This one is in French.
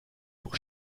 pour